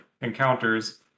encounters